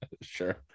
sure